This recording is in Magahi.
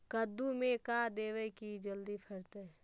कददु मे का देबै की जल्दी फरतै?